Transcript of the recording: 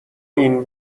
این